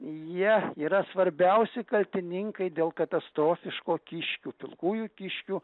jie yra svarbiausi kaltininkai dėl katastrofiško kiškių pilkųjų kiškių